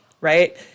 right